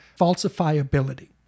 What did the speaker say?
falsifiability